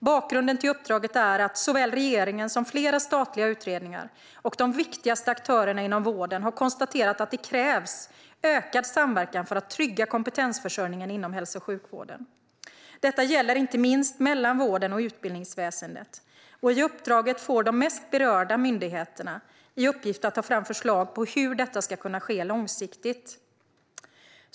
Bakgrunden till uppdraget är att såväl regeringen som flera statliga utredningar och de viktigaste aktörerna inom vården har konstaterat att det krävs ökad samverkan för att trygga kompetensförsörjningen inom hälso och sjukvården. Detta gäller inte minst mellan vården och utbildningsväsendet. I uppdraget får de mest berörda myndigheterna i uppgift att ta fram förslag på hur detta ska kunna ske långsiktigt.